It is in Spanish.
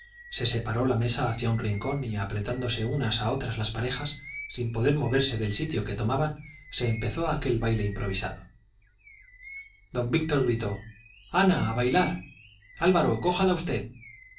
se separó la mesa hacia un rincón y apretándose unas a otras las parejas sin poder moverse del sitio que tomaban se empezó aquel baile improvisado don víctor gritó ana a bailar álvaro cójala usted